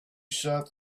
sat